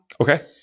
Okay